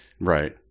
Right